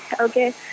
okay